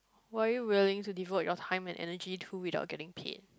what are you willing to devote your time and energy to without getting paid